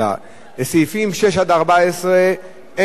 לסעיפים 6 14 אין התנגדויות,